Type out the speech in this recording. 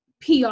PR